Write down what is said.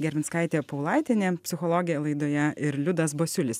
gervinskaitė paulaitienė psichologė laidoje ir liudas basiulis